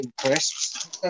crisps